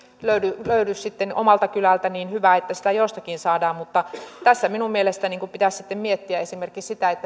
löydy löydy sitten omalta kylältä niin hyvä että sitä jostakin saadaan mutta tässä minun mielestäni pitäisi miettiä esimerkiksi sitä